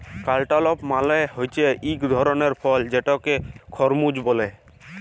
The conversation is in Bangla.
ক্যালটালপ মালে হছে ইক ধরলের ফল যেটাকে খরমুজ ব্যলে